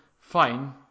fine